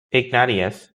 ignatius